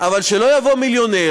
אבל שלא יבוא מיליונר.